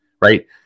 right